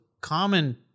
common